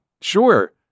Sure